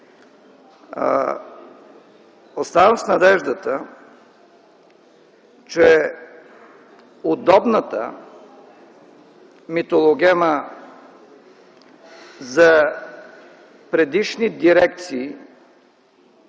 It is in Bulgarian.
Оставам с надеждата, че удобната митологема за предишни дирекции